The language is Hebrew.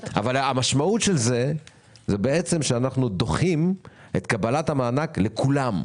המשמעות היא שאנחנו דוחים את קבלת המענק לכולם.